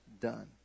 done